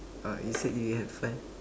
uh you said you have five